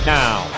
now